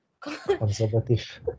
conservative